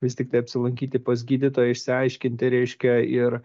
vis tiktai apsilankyti pas gydytoją išsiaiškinti reiškia ir